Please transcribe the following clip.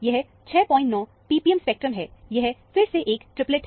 यह 69 ppm spectrum यह फिर से एक ट्रिपलेट है